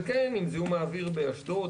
וכן עם זיהום האוויר באשדוד,